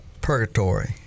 purgatory